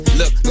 look